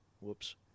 Whoops